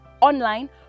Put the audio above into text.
Online